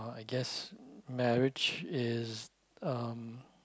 I guess marriage is um